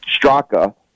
Straka